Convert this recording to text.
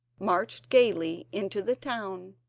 marched gaily into the town,